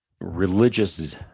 religious